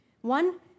One